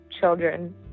children